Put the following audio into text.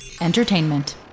Entertainment